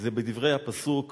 זה בדברי הפסוק,